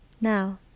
Now